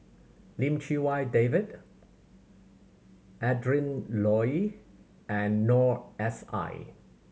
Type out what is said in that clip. Lim Chee Wai David Adrin Loi and Noor S I